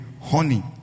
honey